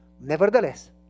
Nevertheless